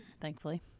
thankfully